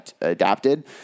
adapted